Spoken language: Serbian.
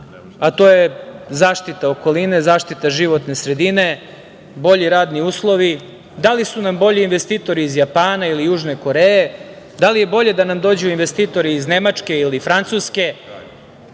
a to je zaštita okoline, zaštita životne sredine, bolji radni uslovi. Da li su nam bolji investitori iz Japana ili Južne Koreje, da li je bolje da nam dođu investitori iz Nemačke ili iz Francuske.